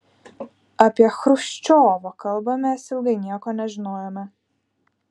apie chruščiovo kalbą mes ilgai nieko nežinojome